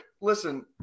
listen